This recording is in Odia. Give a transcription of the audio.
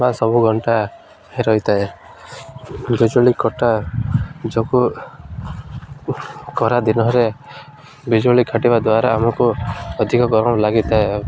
ବା ସବୁ ଘଣ୍ଟା ରହିଥାଏ ବିଜୁଳି କଟା ଯୋଗୁଁ ଖରା ଦିନରେ ବିଜୁଳି କାଟିବା ଦ୍ୱାରା ଆମକୁ ଅଧିକ ଗରମ ଲାଗିଥାଏ ଆଉ